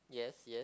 yes yes